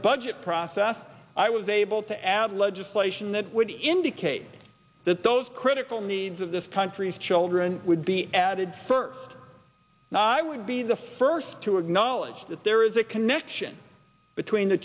budget process i was able to add legislation that would indicate that those critical needs of this country's children would be added first i would be the first to acknowledge that there is a connection between the